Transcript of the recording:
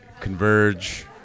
Converge